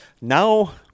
Now